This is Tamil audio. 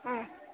ஆ